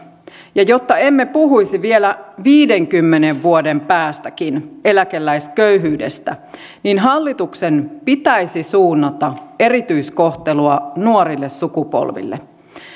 jotta emme puhuisi vielä viidenkymmenen vuoden päästäkin eläkeläisköyhyydestä niin hallituksen pitäisi suunnata erityiskohtelua nuorille sukupolville